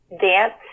dance